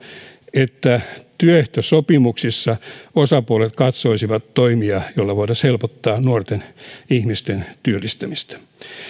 että työehtosopimuksissa osapuolet katsoisivat toimia joilla voitaisiin helpottaa nuorten ihmisten työllistämistä